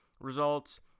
results